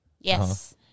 Yes